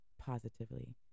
positively